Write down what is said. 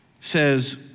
says